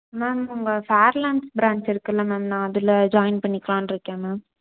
ma'am உங்கள் freelance branch இருக்கில்ல ma'am நான் அதில் ஜாய்ன் பண்ணிக்கலான்னு இருக்கேன் மேம்